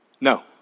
No